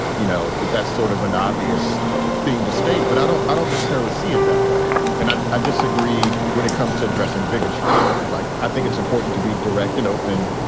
you know, that that's sort of an obvious thing to state. but i don't i don't necessarily see it that way. and i i disagree when it comes to addressing bigotry. like i think it's important to be direct and open,